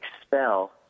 expel